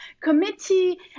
committee